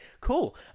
cool